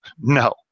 No